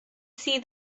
see